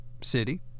city